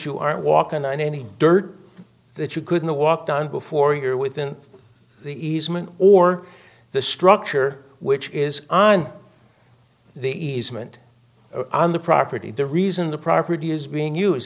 you are walking on any dirt that you couldn't walk down before you're within the easement or the structure which is on the easement on the property the reason the property is being used